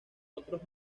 otros